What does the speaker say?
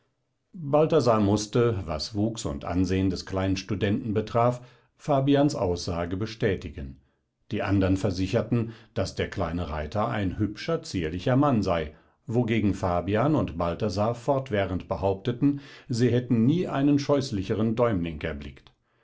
balthasar mußte was wuchs und ansehen des kleinen studenten betraf fabians aussage bestätigen die andern versicherten daß der kleine reiter ein hübscher zierlicher mann sei wogegen fabian und balthasar fortwährend behaupteten sie hätten nie einen scheußlicheren däumling erblickt